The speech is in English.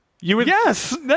Yes